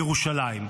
ירושלים.